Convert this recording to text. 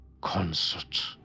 concert